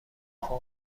فقرا